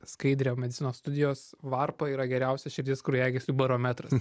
skaidrę medicinos studijos varpa yra geriausias širdies kraujagyslių barometras